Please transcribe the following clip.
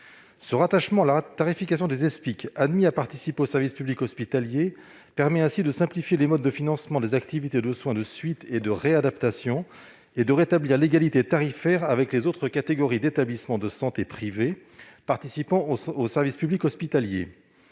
Ce rattachement à la tarification des Espic admis à participer au service public hospitalier permet de simplifier les modes de financement des activités de soins de suite et de réadaptation, et de rétablir l'égalité tarifaire avec les autres catégories d'établissements de santé privés qui participent au service public hospitalier.